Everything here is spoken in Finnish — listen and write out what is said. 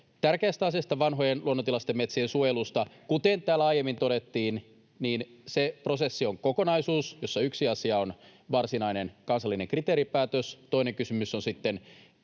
tärkeään asiaan vanhojen luonnontilaisten metsien suojelusta. Kuten täällä aiemmin todettiin, se prosessi on kokonaisuus, jossa yksi asia on varsinainen kansallinen kriteeripäätös, toinen kysymys on sitten